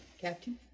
Captain